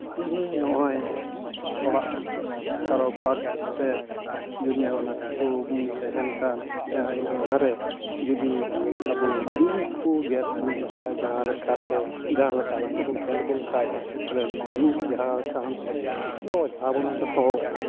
ᱛᱮᱦᱮᱧ ᱱᱚᱜᱼᱚᱸᱭ ᱚᱲᱟᱜ ᱪᱟᱨᱚ ᱯᱟᱨᱠ ᱫᱷᱟᱨᱮ ᱡᱩᱱᱭᱟᱹᱣ ᱟᱵᱚ ᱵᱚᱱ ᱛᱮᱦᱮᱱ ᱠᱟᱱ ᱡᱟᱦᱟᱸ ᱤᱱᱟᱹ ᱞᱮᱣᱦᱟ ᱨᱮ ᱡᱩᱫᱤ ᱟᱵᱚ ᱵᱤᱧ ᱠᱚᱠᱚ ᱜᱮᱨ ᱞᱮᱵᱚᱱ ᱠᱷᱟᱱ ᱡᱟᱦᱟᱸ ᱞᱮᱠᱟᱛᱮ ᱡᱟᱦᱟᱸᱞᱮᱠᱟ ᱱᱟᱥᱮ ᱠᱚ ᱜᱮᱨ ᱞᱮᱵᱚᱱ ᱠᱷᱟᱡ ᱟᱫᱚ ᱵᱤᱧ ᱡᱟᱦᱟᱸ ᱠᱟᱨᱚᱱ ᱛᱮ ᱟᱫᱚ ᱚᱡᱷᱟ ᱵᱚᱱ ᱦᱚᱦᱚᱣᱟᱠᱚᱣᱟ